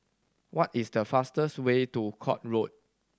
what is the fastest way to Court Road